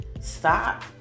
Stop